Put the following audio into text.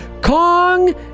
kong